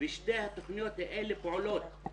ושתי התכניות האלה פועלות.